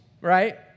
right